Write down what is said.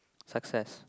success